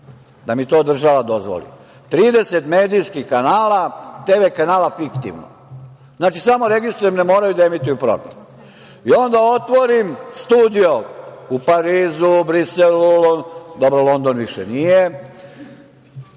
da mi to država dozvoli, 30 medijskih kanala, TV kanala fiktivno, znači samo registrujem, ne moraju da emituju program i onda otvorim studio u Parizu, Briselu, London više nije,